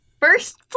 first